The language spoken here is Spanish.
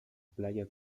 playas